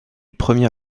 premier